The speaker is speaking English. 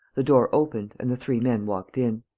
the door opened and the three men walked in.